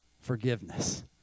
Forgiveness